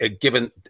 given